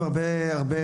זה.